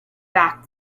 back